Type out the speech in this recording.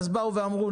ואז באו ואמרו,